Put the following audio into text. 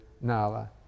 Nala